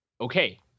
Okay